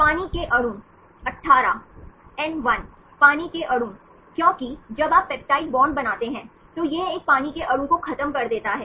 पानी के अणु 18 एन 1 पानी के अणु क्योंकि जब आप पेप्टाइड बॉन्ड बनाते हैं तो यह एक पानी के अणु को खत्म कर देता है